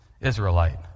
Israelite